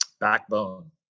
Backbone